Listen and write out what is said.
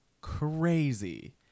crazy